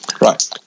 Right